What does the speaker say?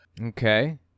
okay